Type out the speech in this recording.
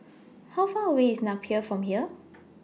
How Far away IS Napier from here